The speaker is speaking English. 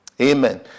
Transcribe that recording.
Amen